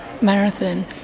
marathon